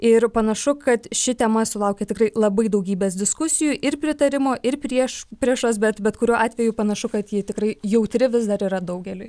ir panašu kad ši tema sulaukė tikrai labai daugybės diskusijų ir pritarimo ir priešpriešos bet bet kuriuo atveju panašu kad ji tikrai jautri vis dar yra daugeliui